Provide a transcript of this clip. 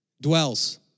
dwells